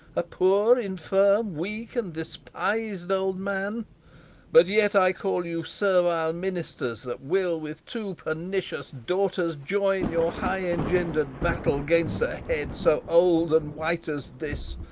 a poor, infirm, weak, and despis'd old man but yet i call you servile ministers, that will with two pernicious daughters join your high-engender'd battles gainst a head so old and white as this!